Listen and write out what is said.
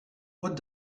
what